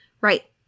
Right